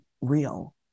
real